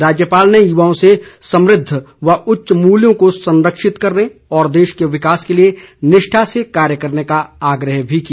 राज्यपाल ने युवाओं से समृद्ध व उच्च मूल्यों को संरक्षित करने और देश के विकास के लिए निष्ठा से कार्य करने का आग्रह भी किया